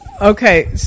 Okay